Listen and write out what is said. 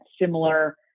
similar